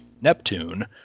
Neptune